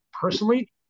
personally